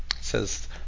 says